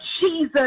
Jesus